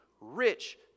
rich